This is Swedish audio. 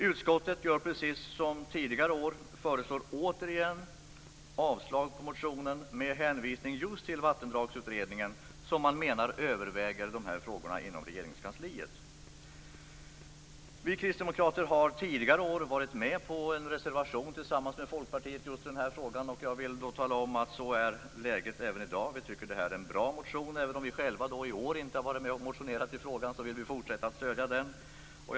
Utskottet gör precis som tidigare år och föreslår återigen avslag på motionen just med hänvisning till just Vattendragsutredningen, som man menar överväger dessa frågor inom Regeringskansliet. Vi kristdemokrater har tidigare år varit med på en reservation tillsammans med Folkpartiet i just denna fråga, och jag vill tala om att så är läget även i dag. Vi tycker att det är en bra motion. Även om vi själva i år inte varit med och motionerat i frågan, vill vi också nu stödja motionen.